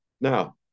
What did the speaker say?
Now